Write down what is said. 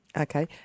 Okay